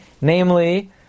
namely